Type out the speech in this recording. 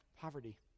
poverty